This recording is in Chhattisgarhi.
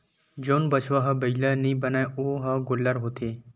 जउन बछवा ह बइला नइ बनय ओ ह गोल्लर होथे